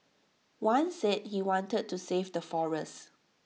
one said he wanted to save the forests